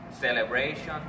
celebration